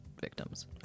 victims